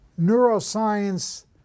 neuroscience